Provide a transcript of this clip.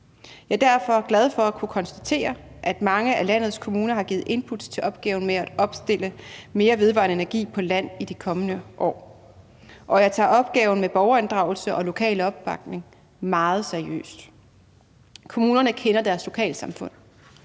Jeg er derfor glad for at kunne konstatere, at mange af landets kommuner har givet inputs til opgaven med at opstille mere vedvarende energi på land i de kommende år, og jeg tager opgaven med borgerinddragelse og lokal opbakning meget seriøst. Kommunerne kender deres lokalsamfund.